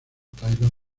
taylor